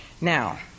Now